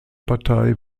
partei